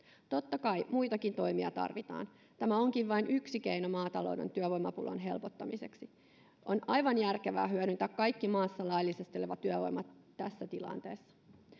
totta kai muitakin toimia tarvitaan tämä onkin vain yksi keino maatalouden työvoimapulan helpottamiseksi on aivan järkevää hyödyntää kaikki maassa laillisesti oleva työvoima tässä tilanteessa